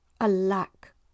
Alack